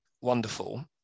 wonderful